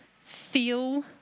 feel